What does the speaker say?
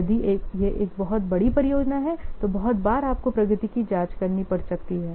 यदि यह एक बहुत बड़ी परियोजना है तो बहुत बार आपको प्रगति की जांच करनी पड़ सकती है